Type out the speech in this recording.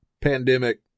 pandemic